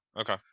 Okay